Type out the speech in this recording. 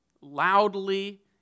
loudly